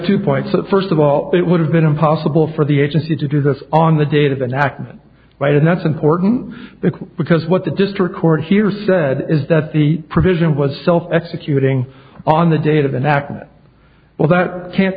two points that first of all it would have been impossible for the agency to do this on the date of the nachman right and that's important because what the district court here said is that the provision was self executing on the date of enactment well that can't